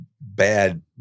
bad